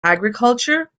agriculture